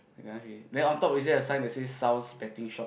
then on top within the sign they say sall's betting shop